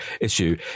issue